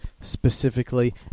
specifically